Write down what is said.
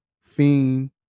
Fiend